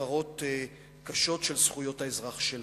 להפרות קשות של זכויות האזרח שלנו.